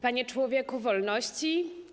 Panie Człowieku Wolności!